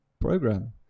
program